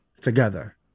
together